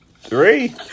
Three